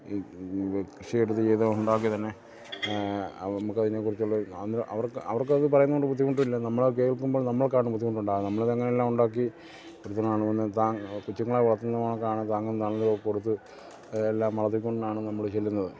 ഈ കൃഷിയെടുത്ത് ചെയ്തു ഉണ്ടാക്കി തന്നെ നമുക്ക് അതിനെക്കുറിച്ചുള്ള അവർക്ക് അവർക്ക് അത് പറയുന്നത് കൊണ്ട് ബുദ്ധിമുട്ടില്ല നമ്മൾ കേൾക്കുമ്പോൾ നമ്മൾക്കാണ് ബുദ്ധിമുട്ടുണ്ടാകുക നമ്മൾ അത് അങ്ങനെ എല്ലാം ഉണ്ടാക്കി എടുത്താണ് കൊ ച്ചുങ്ങളെ വളർത്തുന്ന കാണ് താങ്ങും തണലും കൊടുത്ത് എല്ലാം വളർത്തിക്കൊണ്ടാണ് നമ്മൾ ചെല്ലുന്നത്